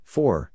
Four